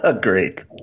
Great